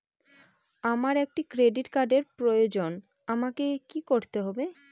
আমার একটি ক্রেডিট কার্ডের প্রয়োজন আমাকে কি করতে হবে?